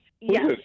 Yes